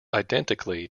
identically